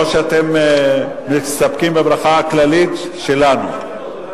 או שאתם מסתפקים בברכה הכללית שלנו.